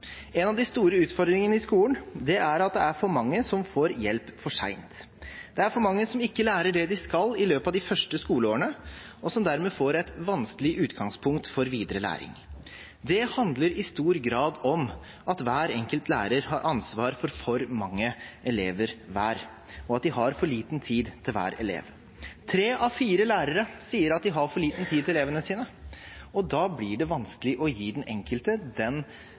En av de store utfordringene i skolen er at det er for mange som får hjelp for sent. Det er for mange som ikke lærer det de skal i løpet av de første skoleårene, og som dermed får et vanskelig utgangspunkt for videre læring. Det handler i stor grad om at hver enkelt lærer har ansvar for for mange elever hver, og at de har for liten tid til hver elev. Tre av fire lærere sier at de har for liten tid til elevene sine, og da blir det vanskelig å gi den enkelte den